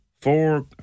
Four